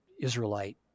Israelite